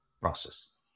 process